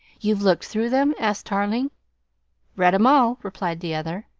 you've looked through them? asked tarling read em all, replied the other.